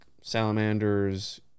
salamanders